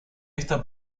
esta